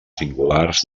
singulars